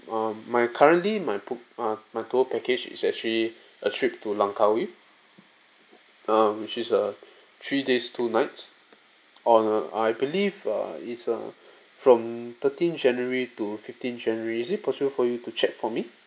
um my currently my poop uh my tour package is actually a trip to langkawi um which is a three days two nights um I believe uh it's uh from thirteen january to fifteen january is it possible for you to check for me